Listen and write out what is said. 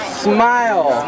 Smile